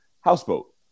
Houseboat